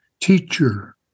Teacher